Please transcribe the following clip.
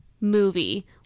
movie